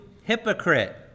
hypocrite